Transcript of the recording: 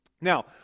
Now